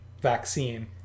vaccine